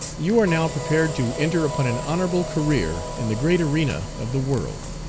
you are now prepared to enter upon an honorable career in the great arena of the world.